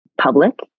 public